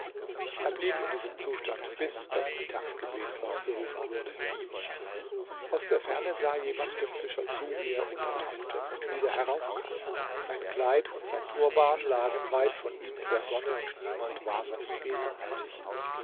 er blieb in diesem zustand bis das mittagsgebet ausgerufen wurde aus der ferne sah jemand dem fischer zu wie er untertauchte und wieder heraufkam sein kleid und sein turban lagen weit von ihm in der sonne und niemand war sonst gegenwärtig